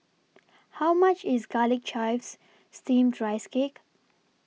How much IS Garlic Chives Steamed Rice Cake